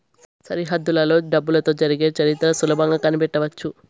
సరిహద్దులలో డబ్బులతో జరిగే చరిత్ర సులభంగా కనిపెట్టవచ్చు